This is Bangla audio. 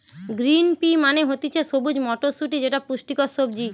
গ্রিন পি মানে হতিছে সবুজ মটরশুটি যেটা পুষ্টিকর সবজি